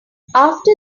after